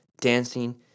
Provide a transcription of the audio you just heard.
dancing